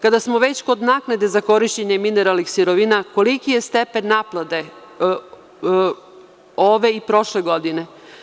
Kada smo već kod naknade za korišćenje mineralnih sirovina, koliki je stepen naplate ove i prošle godine?